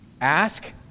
Ask